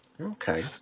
Okay